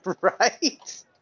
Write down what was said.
Right